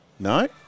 No